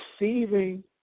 receiving